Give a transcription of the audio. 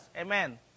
Amen